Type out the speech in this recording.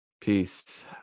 Peace